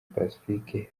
pacifique